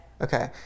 Okay